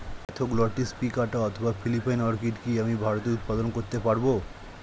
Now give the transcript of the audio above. Spathoglottis plicata অথবা Philippine orchid কি আমি ভারতে উৎপাদন করতে পারবো?